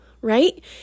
right